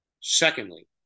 secondly